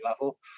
level